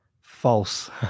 False